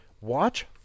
Watch